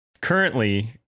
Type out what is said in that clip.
currently